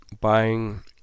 buying